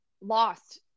lost